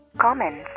comments